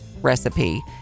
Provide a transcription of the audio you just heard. Recipe